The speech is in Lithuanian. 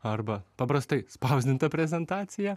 arba paprastai spausdinta prezentacija